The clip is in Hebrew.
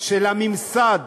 של הממסד